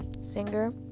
singer